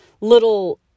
little